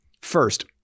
First